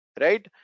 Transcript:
right